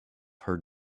heard